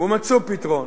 ומצאו פתרון,